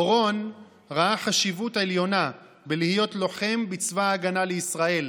אורון ראה חשיבות עליונה בלהיות לוחם בצבא ההגנה לישראל